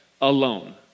alone